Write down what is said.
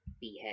Behead